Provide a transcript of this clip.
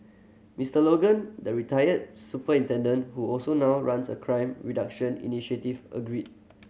Mister Logan the retired superintendent who also now runs a crime reduction initiative agreed